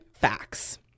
facts